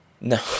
No